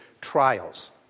trials